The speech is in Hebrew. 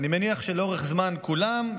ואני מניח שלאורך זמן כולם,